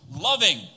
loving